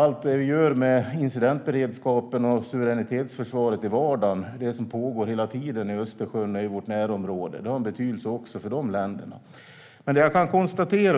Allt det vi gör med incidentberedskapen och suveränitetsförsvaret har betydelse också för dessa länder vad gäller det som dagligen pågår i Östersjön och i vårt närområde.